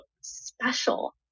special